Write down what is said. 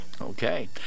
Okay